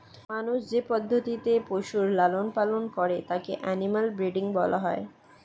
মানুষ যে পদ্ধতিতে পশুর লালন পালন করে তাকে অ্যানিমাল ব্রীডিং বলা হয়